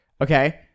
Okay